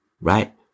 Right